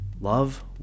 Love